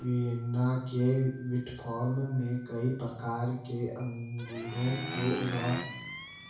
Vienna के विटीफार्म में कई प्रकार के अंगूरों को ऊगा